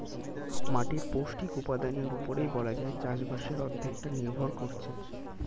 মাটির পৌষ্টিক উপাদানের উপরেই বলা যায় চাষবাসের অর্ধেকটা নির্ভর করছে